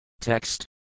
Text